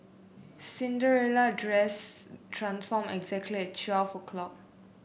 Cinderella dress transformed exactly at twelve o'clock